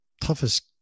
toughest